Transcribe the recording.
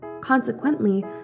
Consequently